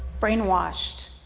brainwashed,